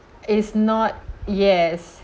it is not yes